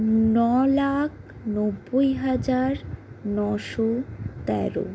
ন লাখ নব্বই হাজার নশো তেরো